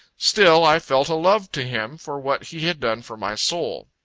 still i felt a love to him for what he had done for my soul.